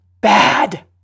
bad